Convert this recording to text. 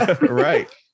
right